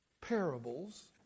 parables